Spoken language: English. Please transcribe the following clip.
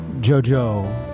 Jojo